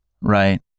right